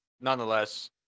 nonetheless